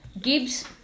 gibbs